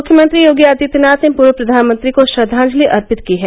मुख्यमंत्री योगी आदित्यनाथ ने पूर्व प्रधानमंत्री को श्रद्वांजलि अर्पित की है